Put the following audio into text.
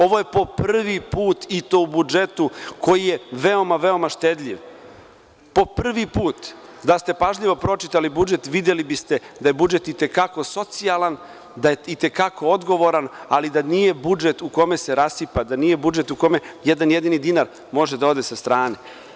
Ovo je po prvi put i to u budžetu koji je veoma štedljiv, a da ste pažljivo pročitali budžet, videli biste da je budžet i te kako socijalan, odgovoran, ali da nije budžet u kome se rasipa, gde jedan jedini dinar može da ode sa strane.